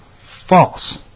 False